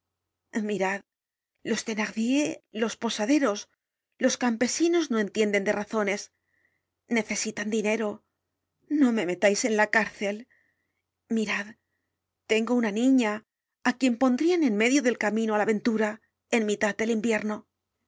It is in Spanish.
ella mirad los thenardier los posaderos los campesinos no entienden de razones necesitan dinero no me metais en la cárcel mirad tengo una niña á quien pondrian en medio del camino á la ventura en mitad del invierno